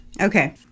okay